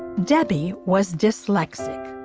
debbie was dyslexic.